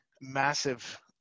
massive